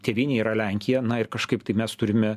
tėvynė yra lenkija ir kažkaip tai mes turime